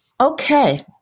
Okay